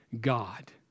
God